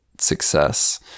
Success